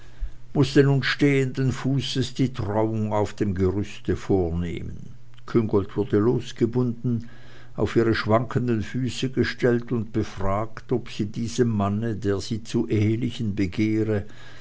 mußte nun stehenden fußes die trauung auf dem gerüste vornehmen küngolt wurde losgebunden auf die schwankenden füße gestellt und befragt ob sie diesem manne der sie zu ehelichen begehre